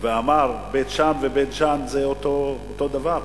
ואמר שבית-שאן ובית-ג'ן זה אותו דבר,